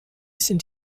sind